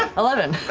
eleven.